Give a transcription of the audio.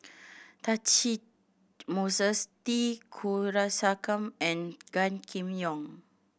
Catchick Moses T Kulasekaram and Gan Kim Yong